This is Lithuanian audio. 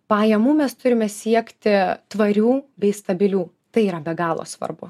pajamų mes turime siekti tvarių bei stabilių tai yra be galo svarbu